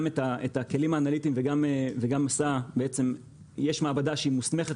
גם את הכלים האנליטיים וגם יש מעבדה שהיא מוסמכת